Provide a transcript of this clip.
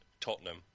Tottenham